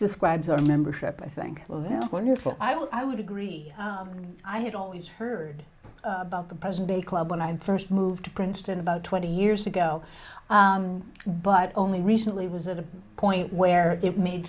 describes our membership i think wonderful i would agree i had always heard about the present day club when i first moved to princeton about twenty years ago but only recently was at the point where it made